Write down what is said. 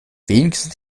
wenigstens